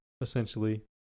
essentially